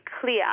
clear